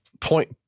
Point